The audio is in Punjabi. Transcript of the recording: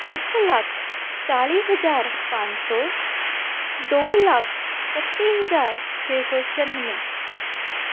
ਇੱਕ ਲੱਖ ਚਾਲੀ ਹਜ਼ਾਰ ਪੰਜ ਸੌ ਦੋ ਲੱਖ ਇਕੱਤੀ ਹਜ਼ਾਰ ਛੇ ਸੌ ਛਿਆਨਵੇਂ